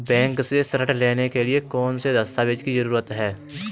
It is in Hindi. बैंक से ऋण लेने के लिए कौन से दस्तावेज की जरूरत है?